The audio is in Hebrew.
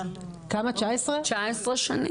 19 שנים.